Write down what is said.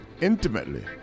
intimately